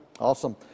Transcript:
Awesome